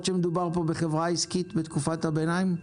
שמדובר כאן בחברה עסקית בתקופת הביניים?